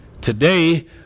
today